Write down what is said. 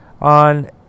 On